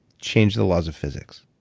change the laws of physics.